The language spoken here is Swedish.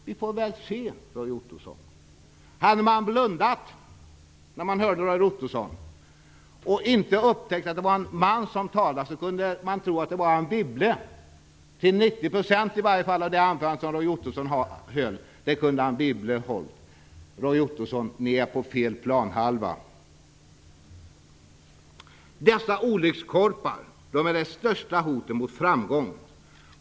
Vi får väl se, Roy Ottosson. Hade man blundat när man hörde Roy Ottosson och inte upptäckt att det var en man som talade, kunde man ha trott att det var Anne Wibble som talade. Anne Wibble kunde ha hållit åtminstone 90 % av det anförande som Roy Ottosson höll. Roy Ottosson, ni är på fel planhalva. Dessa olyckskorpar är det största hotet mot framgång.